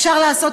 אפשר לעשות